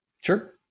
Sure